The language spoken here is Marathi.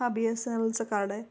हा बी एस एने लचं कार्ड आहे